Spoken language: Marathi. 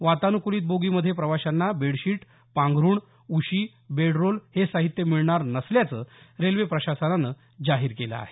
वातानुकूलित बोगीमध्ये प्रवाशांना बेडशीट पांघरूण उशी बेडरोल हे साहित्य मिळणार नसल्याचं रेल्वे प्रशासनानं जाहीर केलं आहे